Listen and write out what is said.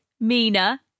Mina